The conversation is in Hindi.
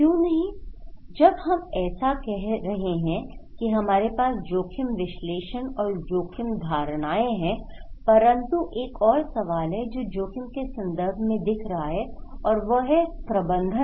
क्यों नहीं जब हम ऐसा कह रहे हैं की हमारे पास जोखिम विश्लेषण और जोखिम धारणाएं हैं परंतु एक और सवाल है जो जोखिम के संदर्भ में दिख रहा है और वह है प्रबंधन